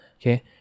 okay